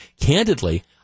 Candidly